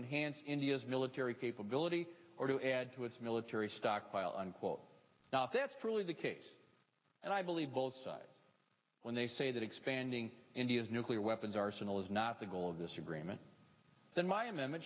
enhance india's military capability or to add to its military stockpile unquote that's really the case and i believe both sides when they say that expanding india's nuclear weapons arsenal is not the goal of this agreement then my m m